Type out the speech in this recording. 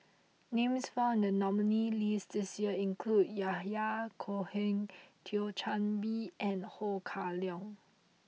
names found in the nominees' list this year include Yahya Cohen Thio Chan Bee and Ho Kah Leong